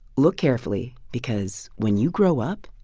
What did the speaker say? look carefully because when you grow up,